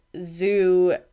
zoo